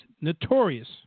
notorious